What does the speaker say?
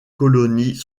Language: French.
colonies